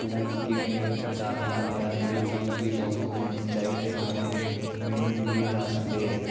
ਤੂੰ ਕਿਵੇਂ ਦਾਖਲਾ ਲਿਆ ਅਤੇ ਕੀ ਕੀ ਡਾਕੂਮੈਂਟ ਚਾਹੀਦੇ ਹਨ ਮੈਨੂੰ ਵੀ ਦੱਸ ਦੇ